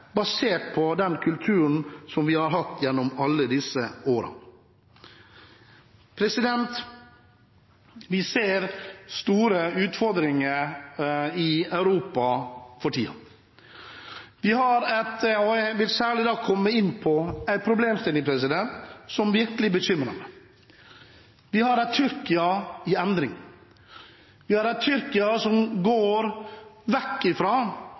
basert på den kulturen som vi har hatt gjennom alle disse årene. Vi ser store utfordringer i Europa for tiden, og jeg vil særlig komme inn på en problemstilling som virkelig bekymrer meg: Vi har et Tyrkia i endring, vi har et Tyrkia som går vekk